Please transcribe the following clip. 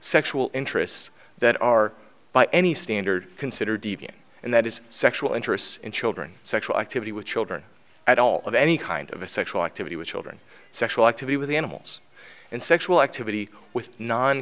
sexual interests that are by any standard considered deviant and that is sexual interest in children sexual activity with children at all of any kind of a sexual activity with children sexual activity with the animals and sexual activity with non